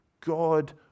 God